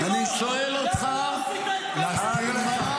אני שואל אותך --- למה לא עשית את כל זה בימי אפי נוה?